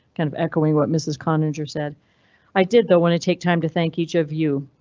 kind of echoing what mrs cloninger said i did, though, when it take time to thank each of you.